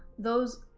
those,